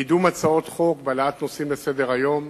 בקידום הצעות חוק, בהעלאת נושאים לסדר-היום.